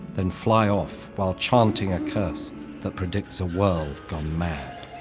then fly off while chanting a curse that predicts a world gone mad.